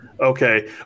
okay